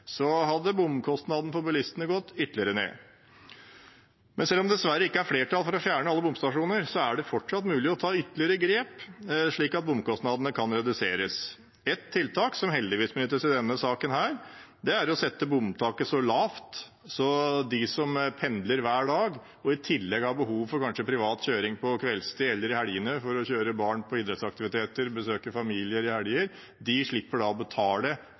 bomkostnaden for bilistene ha gått ytterligere ned. Selv om det dessverre ikke er flertall for å fjerne alle bomstasjoner, er det fortsatt mulig å ta ytterligere grep slik at bomkostnadene kan reduseres. Et tiltak, som heldigvis benyttes i denne saken, er å sette bomtaket så lavt at de som pendler hver dag, og i tillegg har behov for privat kjøring på kveldstid eller i helgene for å kjøre barn på idrettsaktiviteter eller besøke